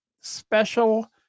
special